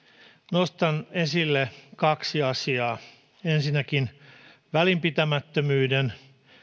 nostan esille kaksi asiaa ensinnäkin välinpitämättömyyden